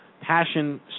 passion